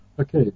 Okay